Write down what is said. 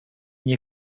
nie